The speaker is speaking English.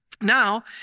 Now